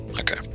okay